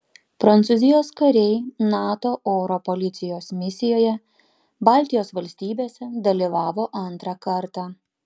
prancūzijos kariai nato oro policijos misijoje baltijos valstybėse dalyvavo antrą kartą